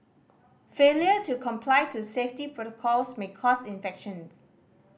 failure to comply to safety protocols may cause infections